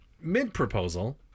mid-proposal